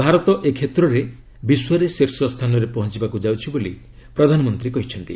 ଭାରତ ଏ କ୍ଷେତ୍ରରେ ବିଶ୍ୱରେ ଶୀର୍ଷ ସ୍ଥାନରେ ପହଞ୍ଚିବାକୁ ଯାଉଛି ବୋଲି ପ୍ରଧାନମନ୍ତ୍ରୀ କହିଛନ୍ତି